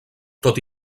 tot